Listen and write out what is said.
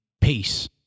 peace